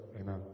Amen